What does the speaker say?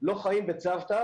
לא חיים בצוותא,